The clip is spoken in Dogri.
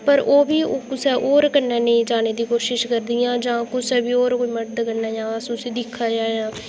पर ओह् बी कुसै होर कन्नै नेईं जाने दी कोशिश करदियां जां कुसै बी होर मर्द कन्नै जां उसी दिक्खना